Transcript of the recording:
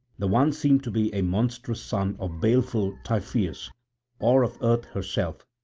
the one seemed to be a monstrous son of baleful typhoeus or of earth herself,